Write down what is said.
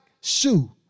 shoe